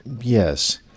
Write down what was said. yes